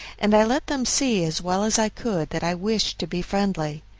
and i let them see as well as i could that i wished to be friendly.